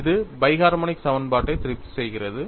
இது biharmonic சமன்பாட்டை திருப்தி செய்கிறது